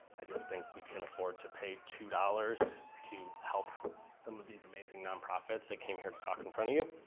i just think we can afford to pay two dollars to help some of these amazing non profits that came here to talk in front of you.